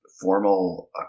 formal